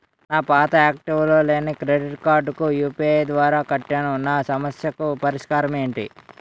నా పాత యాక్టివ్ లో లేని క్రెడిట్ కార్డుకు యు.పి.ఐ ద్వారా కట్టాను నా సమస్యకు పరిష్కారం ఎంటి?